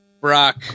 Brock